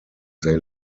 they